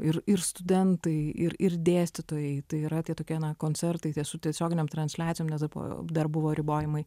ir ir studentai ir ir dėstytojai tai yra tokie koncertai tie su tiesioginėm transliacijom nes dar bu dar buvo ribojimai